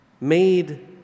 made